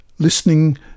listening